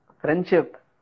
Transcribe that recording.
friendship